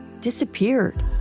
disappeared